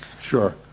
Sure